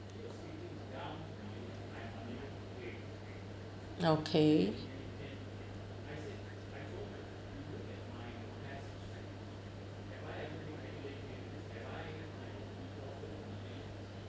okay